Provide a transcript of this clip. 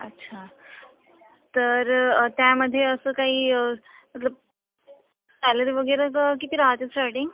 अच्छा तर त्यामध्ये असं काही मतलब सॅलरी वगैरे तर किती राहते स्टर्डिंग